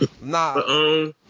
nah